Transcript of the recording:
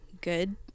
good